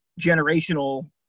generational